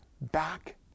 back